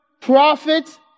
prophets